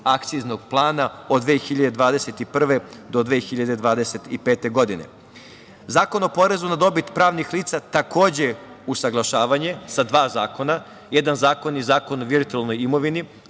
akciznog plana od 2021. godine do 2025. godine. Zakon o porezu na dobit pravnih lica, takođe usaglašavanje sa dva zakona. Jedan zakon je Zakon o virtuelnoj imovini,